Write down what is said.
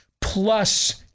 plus